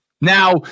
Now